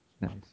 nice